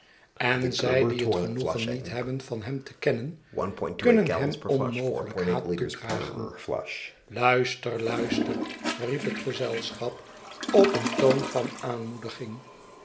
en zij die het genoegen niet hebben van hem te kennen kunnen hem onmogelijk haat toedragen luister luister riep het gezelschap op een toon van aanmoediging